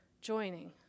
joining